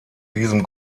diesem